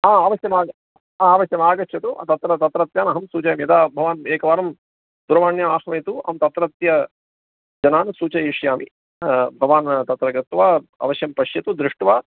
हा अवश्यम् आ अवश्यम् आगच्छतु तत्र तत्रत्यान अहं सूचयामि यदा भवान् एकवारं दूरवाण्या आनयतु अहं तत्रत्यजनान् सूचयिष्यामि भवान् तत्र गत्वा अवश्यं पश्यतु दृष्ट्वा